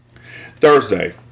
Thursday